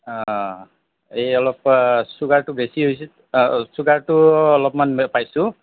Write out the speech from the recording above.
অঁ এই অলপ চুগাৰটো বেছি হৈছে চুগাৰটো অলপমান পাইছোঁ